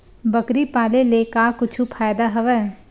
बकरी पाले ले का कुछु फ़ायदा हवय?